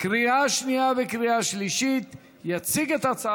עברה בקריאה שלישית, ותיכנס לספר